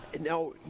now